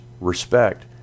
respect